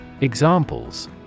Examples